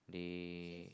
they